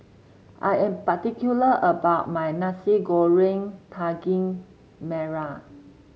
I am particular about my Nasi Goreng Daging Merah